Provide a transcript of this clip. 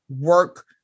work